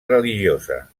religiosa